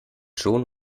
schon